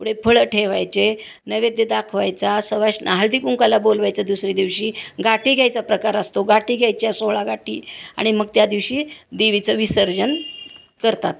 पुढे फळं ठेवायचे नैवेद्य दाखवायचा सवाश्ण हळदी कुंकूला बोलवायचा दुसऱ्या दिवशी गाठी घ्यायचा प्रकार असतो गाठी घ्यायच्या सोळा गाठी आणि मग त्या दिवशी देवीचं विसर्जन करतात